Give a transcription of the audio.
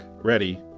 ready